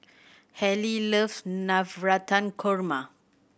Hali love Navratan Korma